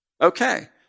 Okay